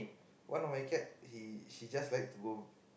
one of my cat he she just like to go